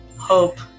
hope